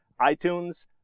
iTunes